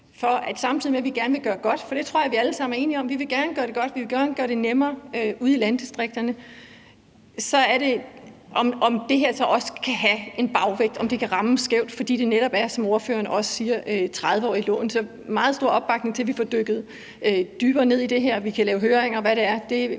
bekræfte. Samtidig med at vi gerne vil gøre noget godt – for det tror jeg vi alle sammen er enige om; vi vil gerne gøre det godt, og vi vil gerne gøre det nemmere ude i landdistrikterne – så er der det med, om det her så også kan have en bagvægt, om det kan ramme skævt, fordi det netop er, som ordføreren også siger, 30-årige lån. Så der er meget stor opbakning til, at vi får dykket dybere ned i det her. Vi kan lave høringer, og hvad det